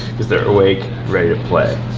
cause they awake, ready to play.